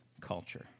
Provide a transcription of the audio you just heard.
culture